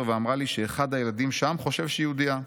ואמרה לי שאחד הילדים שם חושב שהיא יהודייה.